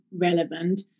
relevant